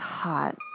hot